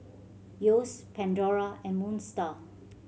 Yeo's Pandora and Moon Star